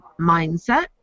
mindset